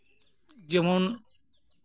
ᱡᱮᱢᱚᱱ